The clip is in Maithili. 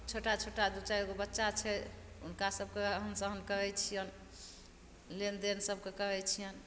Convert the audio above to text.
छोटा छोटा दू चारि गो बच्चा छै उनका सबके रहन सहन करय छियै लेनदेन सबके करय छियनि